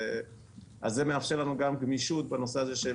אז זה מאשר לנו גם גמישות בנושא הזה.